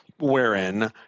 wherein